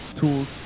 tools